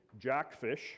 jackfish